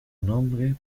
nombre